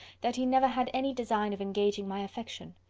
that he never had any design of engaging my affection.